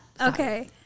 Okay